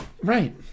Right